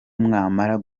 muammar